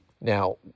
Now